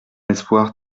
espoir